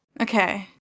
Okay